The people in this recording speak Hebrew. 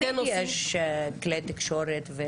תמיד יש כלי תקשורת.